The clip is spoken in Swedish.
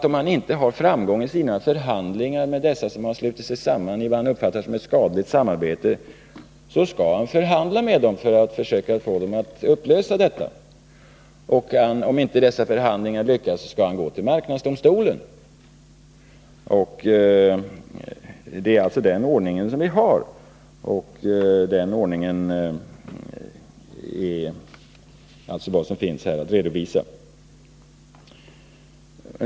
Om han inte har framgång i sina överläggningar med dem som har slutit sig samman i vad han uppfattar som ett skadligt samarbete, skall han förhandla med dem för att försöka få dem att upplösa detta samarbete, och om inte dessa förhandlingar lyckas skall han gå till marknadsdomstolen. Det är den ordning vi har, och den ordningen är alltså vad som här finns att redovisa.